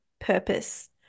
purpose